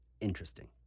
interesting